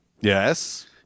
Yes